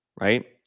right